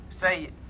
Say